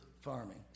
farming